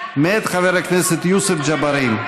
מאת חבר הכנסת יוסף ג'בארין.